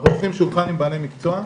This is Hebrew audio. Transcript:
אנחנו צריכים שולחן עם בעלי מקצוע.